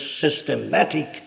systematic